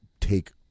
take